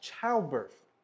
childbirth